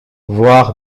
voir